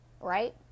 right